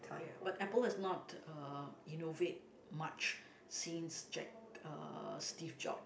ya but Apple has not uh innovate much since Jack uh Steve-Job